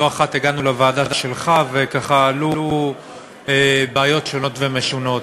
לא אחת הגענו לוועדה שלך וככה עלו בעיות שונות ומשונות.